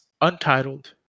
untitled